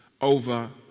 over